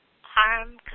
harm